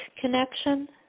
connection